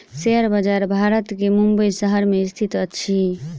share बजार भारत के मुंबई शहर में स्थित अछि